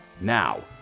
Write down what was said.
Now